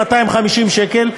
250 שקל,